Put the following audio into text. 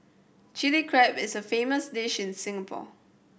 Chilli Crab is a famous dish in Singapore